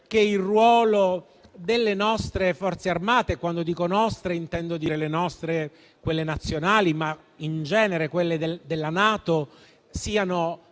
che il ruolo delle nostre Forze armate (e quando dico nostre intendo dire quelle nazionali, ma in genere quelle della NATO)